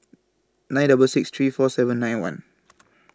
nine Both six three four seven nine one